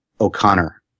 O'Connor